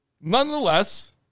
nonetheless